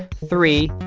three,